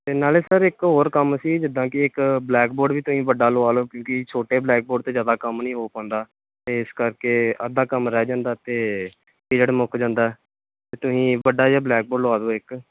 ਅਤੇ ਨਾਲੇ ਸਰ ਇੱਕ ਹੋਰ ਕੰਮ ਸੀ ਜਿੱਦਾਂ ਕਿ ਇੱਕ ਬਲੈਕ ਬੋਰਡ ਵੀ ਤੁਸੀਂ ਵੱਡਾ ਲਵਾ ਲਓ ਕਿਉਂਕਿ ਛੋਟੇ ਬਲੈਕ ਬੋਰਡ 'ਤੇ ਜ਼ਿਆਦਾ ਕੰਮ ਨਹੀਂ ਹੋ ਪਾਉਂਦਾ ਅਤੇ ਇਸ ਕਰਕੇ ਅੱਧਾ ਕੰਮ ਰਹਿ ਜਾਂਦਾ ਅਤੇ ਪੀਰੀਅਡ ਮੁੱਕ ਜਾਂਦਾ ਤਾਂ ਤੁਸੀਂ ਵੱਡਾ ਜਿਹਾ ਬਲੈਕ ਬੋਰਡ ਲਵਾ ਦਿਓ ਇੱਕ